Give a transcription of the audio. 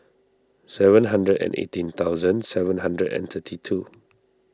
seven hundred and eighteen thousand seven hundred and thirty two